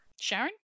Sharon